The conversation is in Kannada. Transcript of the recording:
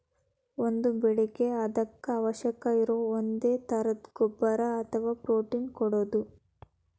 ಒಂದ ಬೆಳಿಗೆ ಅದಕ್ಕ ಅವಶ್ಯಕ ಇರು ಒಂದೇ ತರದ ಗೊಬ್ಬರಾ ಅಥವಾ ಪ್ರೋಟೇನ್ ಕೊಡುದು